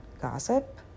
gossip